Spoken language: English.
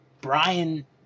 Brian